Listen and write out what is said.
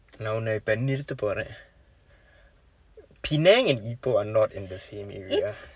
நான் உன்ன இப்போ நிறுத்த போறேன்:naan unna ippoo niruththa pooreen penang and ipoh are not in the same area